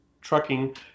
trucking